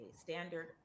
standard